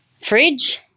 fridge